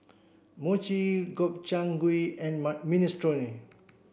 Mochi Gobchang Gui and Minestrone